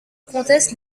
conteste